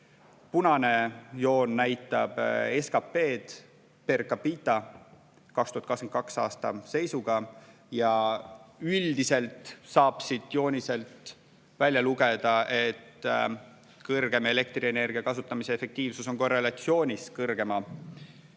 Punane joon näitab SKT-dper capita2022. aasta seisuga. Ja üldiselt saab siit jooniselt välja lugeda, et kõrgem elektrienergia kasutamise efektiivsus on korrelatsioonis kõrgema